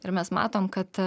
ir mes matom kad